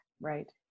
right